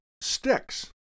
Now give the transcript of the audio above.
sticks